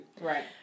Right